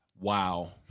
Wow